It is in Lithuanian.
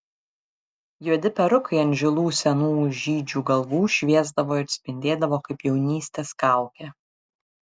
juodi perukai ant žilų senų žydžių galvų šviesdavo ir spindėdavo kaip jaunystės kaukė